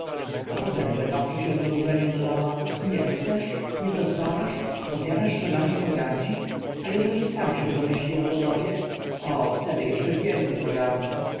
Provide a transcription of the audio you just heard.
a potem zerwawszy się z oburzeniem dodała nie chcesz nie pozwalasz powiadasz że nami pogardzi a eśli sam się domyśli albo dowie o wtedy eszcze więce pogardzi